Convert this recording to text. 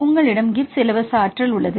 எனவே உங்களிடம் கிப்ஸ் இலவச ஆற்றல் உள்ளது